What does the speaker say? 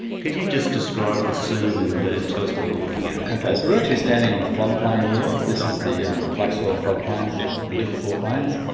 could you just describe the scene and tell us what we're looking at? okay, so we're actually standing on a floodplain here. this is the um black soil floodplains, the liverpool plains.